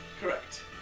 Correct